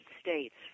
States